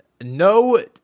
No